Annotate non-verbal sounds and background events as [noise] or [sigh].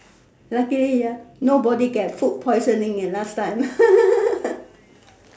luckily ah nobody get food poisoning eh last time [laughs]